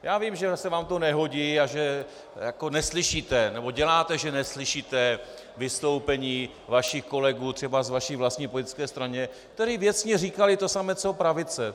Já vím, že se vám to nehodí a že neslyšíte, nebo děláte, že neslyšíte vystoupení vašich kolegů třeba z vaší vlastní politické strany, kteří věcně říkali to samé co pravice.